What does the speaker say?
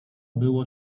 było